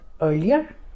earlier